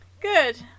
Good